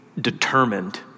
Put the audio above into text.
determined